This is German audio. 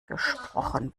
gesprochen